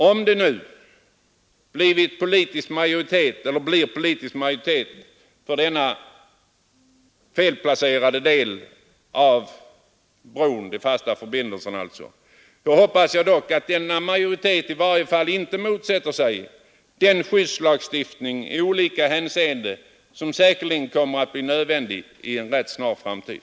Om det nu blir politisk majoritet för den felplacerade bron, hoppas jag dock att denna majoritet i varje fall inte motsätter sig den skyddslagstiftning i olika hänseenden som säkerligen kommer att bli nödvändig i en rätt snar framtid.